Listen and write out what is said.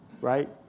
right